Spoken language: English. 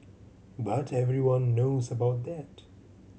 but everyone knows about that